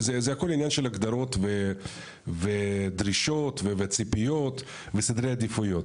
זה הכול עניין של הגדרות ודרישות וציפיות וסדרי עדיפויות.